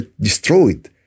destroyed